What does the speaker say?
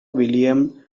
william